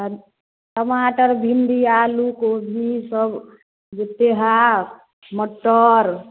आरो टमाटर भिण्डी आलू कोभी सब जेत्ते हइ मट्टर